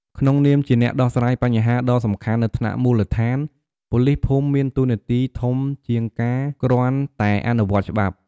ក្នុងនាមជាអ្នកដោះស្រាយបញ្ហាដ៏សំខាន់នៅថ្នាក់មូលដ្ឋាន ប៉ូលីសភូមិមានតួនាទីធំជាងការគ្រាន់តែអនុវត្តច្បាប់។